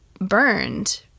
burned